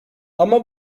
ama